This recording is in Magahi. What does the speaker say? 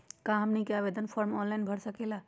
क्या हमनी आवेदन फॉर्म ऑनलाइन भर सकेला?